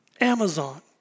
Amazon